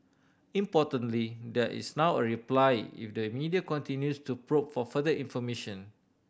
importantly there is now a reply if the media continues to probe for further information